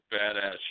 badass